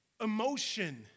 emotion